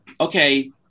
okay